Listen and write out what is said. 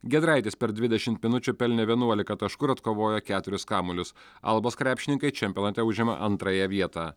giedraitis per dvidešimt minučių pelnė vienuolika taškų ir atkovojo keturis kamuolius albos krepšininkai čempionate užima antrąją vietą